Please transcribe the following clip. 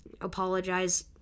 apologize